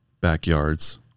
backyards